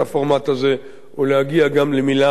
ולהגיע גם למלה מסוימת בתוכו.